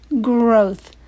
growth